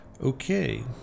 Okay